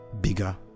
bigger